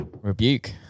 rebuke